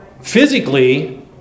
Physically